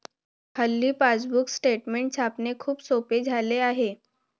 हल्ली passbook statement छापणे खूप सोपे झाले आहे